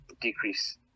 decrease